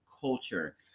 culture